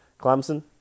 Clemson